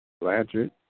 Blanchard